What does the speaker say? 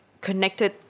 connected